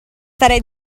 sarei